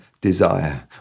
desire